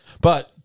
But-